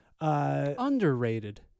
Underrated